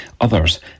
Others